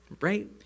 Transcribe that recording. right